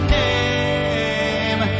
name